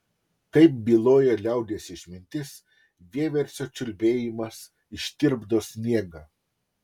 kaip byloja liaudies išmintis vieversio čiulbėjimas ištirpdo sniegą